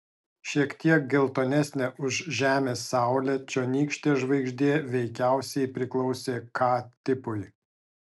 šiek tiek geltonesnė už žemės saulę čionykštė žvaigždė veikiausiai priklausė k tipui